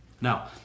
Now